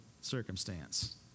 circumstance